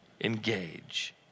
Engage